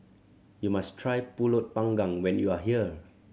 you must try Pulut Panggang when you are here